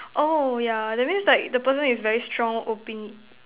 oh yeah that means like the person is very strong opinion